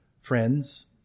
friends